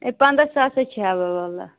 ہے پنٛداہ ساس حظ چھِ ہٮ۪وان وللہ